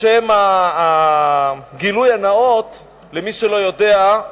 לשם הגילוי הנאות, למי שלא יודע,